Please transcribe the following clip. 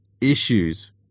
issues